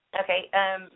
Okay